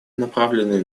направленные